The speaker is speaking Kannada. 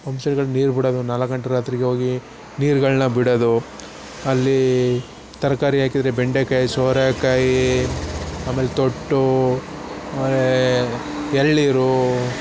ಪಂಪ್ ಸೆಟ್ಟುಗಳಲ್ಲಿ ನೀರು ಬಿಡೋದು ನಾಲ್ಕು ಗಂಟೆ ರಾತ್ರಿಗೆ ಹೋಗಿ ನೀರುಗಳ್ನ ಬಿಡೋದು ಅಲ್ಲಿ ತರಕಾರಿ ಹಾಕಿದ್ರೆ ಬೆಂಡೆಕಾಯಿ ಸೋರೆಕಾಯಿ ಆಮೇಲೆ ತೊಟ್ಟೂ ಆಮೇಲೆ ಎಳನೀರು